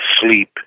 sleep